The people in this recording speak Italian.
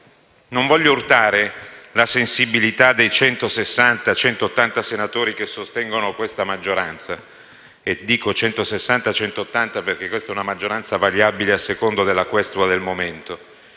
Non voglio urtare la sensibilità dei 160-180 senatori che costituiscono questa maggioranza (e dico 160-180 perché questa è una maggioranza variabile a seconda della questua del momento):